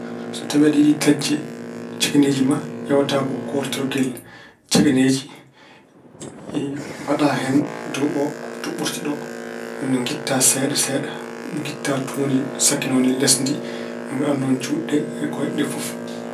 So tawi aɗa yiɗi taƴde cegeneeji ma, ƴeewata ko kortorgel cegeneeji. mbaɗa hen, dow o, to ɓurti ɗo, ni woni ngitta seeɗa seeɗa. Ngitta tuundi takkinoondi lesdi ndi. Mbaɗa noon juuɗe ɗe e kooyɗe ɗe fof.